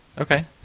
Okay